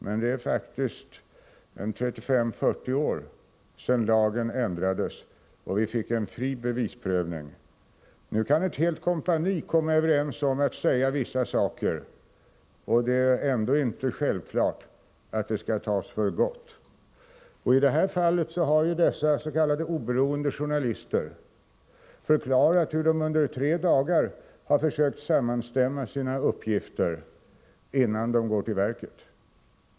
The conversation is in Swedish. Men det är faktiskt 35-40 år sedan lagen ändrades och vi fick en fri bevisprövning. Nu kan ett helt kompani komma överens om att säga vissa saker, och det är ändå inte självklart att det skall tas för gott. I det här fallet har ju dessa s.k. oberoende journalister förklarat hur de under tre dagar har försökt sammanstämma sina uppgifter innan de gick till verket.